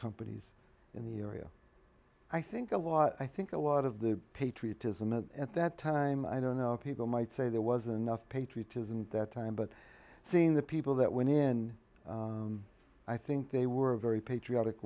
companies in the area i think a lot i think a lot of the patriotism at that time i don't know people might say there was another patriotism that time but seeing the people that went in i think they were very patriotic